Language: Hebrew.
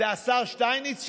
זה השר שטייניץ שם?